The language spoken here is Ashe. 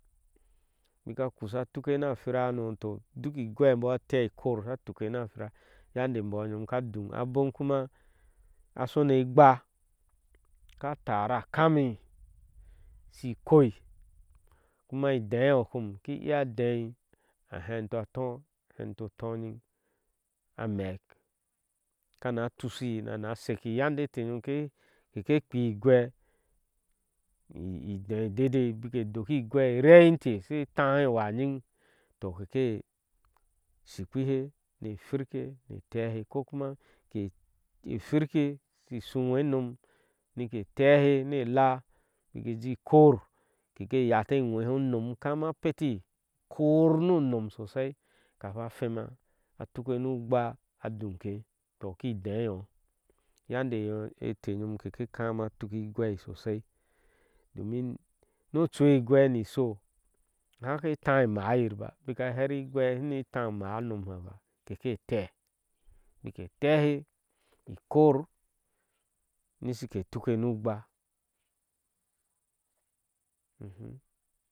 Bika kusha tuke ni a hwira hanu toh duk egwe e imbɔɔ asha teeh ikor toh asha tuke na ahira toh yande embɔɔ yam ka duŋ abom kuma a shoni egbah aka tara a kami shi ikoi kuma ideenyo kom ishi iya deenyo a heento atɔɔ a heento utɔɔnyin, ameek kana tushi bnána sheki yande eeh nyom sheke kpea, keke kpii igwe idee ideide bike doki igwe ireyinte she tahe wa nyin to keke shikpih ne hiwirke ne teehe kukuma a hwirke shi shumgwe nom nike teehe ni elea. biki ji ikoor keke yata ke gwehe unom ukama petic na koor nu unom sosai kahwa a hwema a. tuke ni ugba a duŋkhe toh ki denyo yande eteenyom keke kama tuki igwei shosai domin ni ocu é ígwel ni sho ke hake táá ke ke mayir báa bika her igwe hune táá ke ke maa unom hávbáá keke teeh bike teehe ikoor nisi ke tuke ni ugbah uhm.